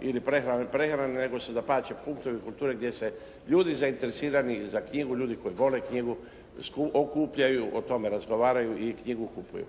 ili prehrane nego su dapače punktovi kulture gdje se ljudi zainteresirani za knjigu, ljudi koji vole knjigu okupljaju, o tome razgovaraju i knjigu kupuju.